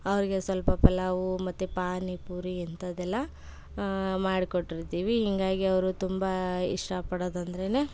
ಅವ್ರಿಗೆ ಸ್ವಲ್ಪ ಪಲಾವು ಮತ್ತು ಪಾನಿಪುರಿ ಇಂಥದ್ದೆಲ್ಲ ಮಾಡಿ ಕೊಟ್ಟಿರ್ತೀವಿ ಹಿಂಗಾಗಿ ಅವರು ತುಂಬ ಇಷ್ಟಪಡೋದಂದ್ರೆ